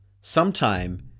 Sometime